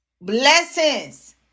blessings